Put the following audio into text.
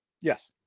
Yes